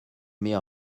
mir